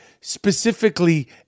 specifically